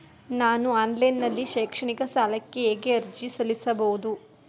ನಾನು ಆನ್ಲೈನ್ ನಲ್ಲಿ ಶೈಕ್ಷಣಿಕ ಸಾಲಕ್ಕೆ ಹೇಗೆ ಅರ್ಜಿ ಸಲ್ಲಿಸಬಹುದು?